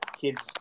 kids